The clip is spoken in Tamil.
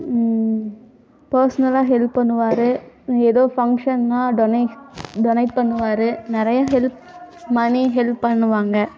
பர்சனலாக ஹெல்ப் பண்ணுவார் இங்கே ஏதோ ஃபங்க்ஷன்னா டொனே டொனேட் பண்ணுவாரு நிறைய ஹெல்ப் மனி ஹெல்ப் பண்ணுவாங்க